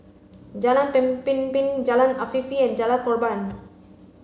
Jalan Pemimpin Jalan Afifi and Jalan Korban